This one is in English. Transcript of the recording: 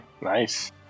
Nice